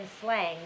slang